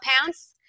pants